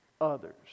others